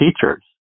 teachers